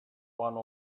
one